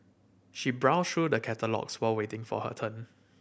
she browsed through the catalogues while waiting for her turn